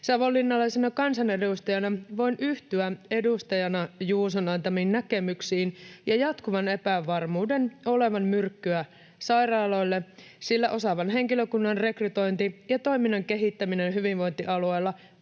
Savonlinnalaisena kansanedustajana voin yhtyä edustajana Juuson antamiin näkemyksiin siitä, että jatkuva epävarmuus on myrkkyä sairaaloille, sillä osaavan henkilökunnan rekrytointi ja toiminnan kehittäminen hyvinvointialueella